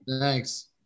Thanks